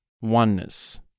oneness